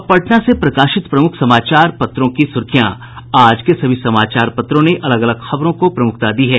अब पटना से प्रकाशित प्रमुख समाचार पत्रों की सुर्खियां आज के सभी समाचार पत्रों ने अलग अलग खबरों को प्रमुखता दी है